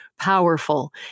powerful